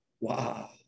Wow